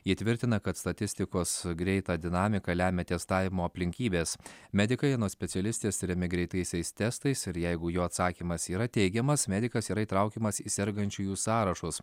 ji tvirtina kad statistikos greitą dinamiką lemia testavimo aplinkybės medikai anot specialistės tiriami greitaisiais testais ir jeigu jų atsakymas yra teigiamas medikas yra įtraukiamas į sergančiųjų sąrašus